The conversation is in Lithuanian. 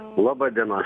laba diena